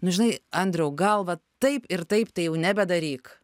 nu žinai andriau gal va taip ir taip tai jau nebedaryk